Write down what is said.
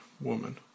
Woman